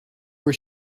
were